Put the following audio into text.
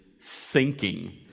sinking